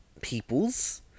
peoples